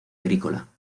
agrícola